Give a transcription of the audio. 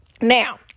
Now